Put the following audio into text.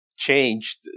changed